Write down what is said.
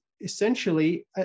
essentially